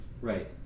Right